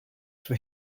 for